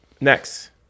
next